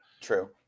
True